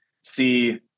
see